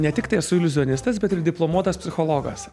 ne tiktai esu iliuzionistas bet ir diplomuotas psichologas